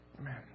Amen